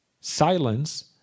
silence